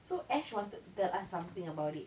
so ash wanted to tell us something about it